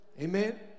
Amen